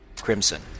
crimson